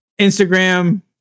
Instagram